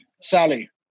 Sally